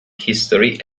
history